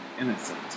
innocent